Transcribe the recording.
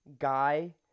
Guy